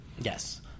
Yes